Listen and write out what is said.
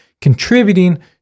contributing